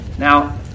Now